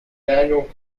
daniel